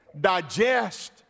digest